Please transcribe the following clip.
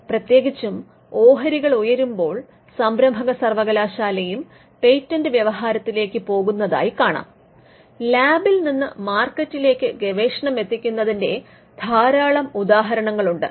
പ്രത്യേകിച്ചും ഓഹരികൾ ഉയരുമ്പോൾ സംരംഭക സർവകലാശാലയും പേറ്റൻറ് വ്യവഹാരത്തിലേക്ക് പോകുന്നതായി കാണാം സ്ലൈഡ് സമയം കാണുക 1123 ലാബിൽ നിന്ന് മാർക്കറ്റിലേക്ക് ഗവേഷണം എത്തിക്കുന്നതിന്റെ ധാരാളം ഉദാഹരണങ്ങളുണ്ട്